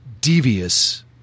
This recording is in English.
devious